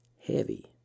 Heavy